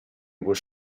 was